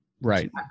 Right